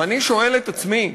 ואני שואל את עצמי: